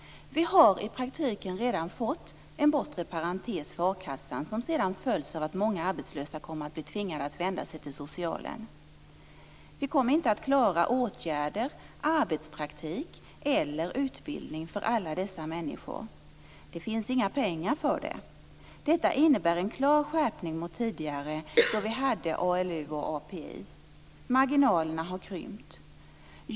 - Vi har i praktiken redan fått en bortre parentes för a-kassan som sedan följs av att många arbetslösa kommer att bli tvingade att vända sig till socialen. - Vi kommer inte att klara åtgärder, arbetspraktik eller utbildning, för alla dessa människor. Det finns inga pengar för det. Detta innebär en klar skärpning mot tidigare, då vi hade ALU och API. Marginalerna har krympt -.